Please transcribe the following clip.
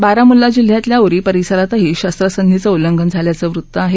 बारामुल्ला जिल्ह्यातल्या उरी परिसरातही शस्त्रसंधीचं उल्लंघन झाल्याचं वृत्त आहे